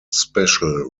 special